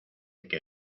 que